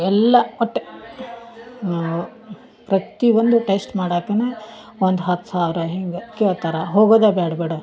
ಎಲ್ಲ ಒಟ್ಟು ಪ್ರತಿ ಒಂದು ಟೆಸ್ಟ್ ಮಾಡಾಕ್ಕನ ಒಂದು ಹತ್ತು ಸಾವಿರ ಹಿಂಗೆ ಕೇಳ್ತಾರೆ ಹೋಗೋದೆ ಬ್ಯಾಡ ಬಿಡು